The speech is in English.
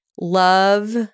Love